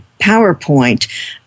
PowerPoint